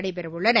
நடைபெறவுள்ளன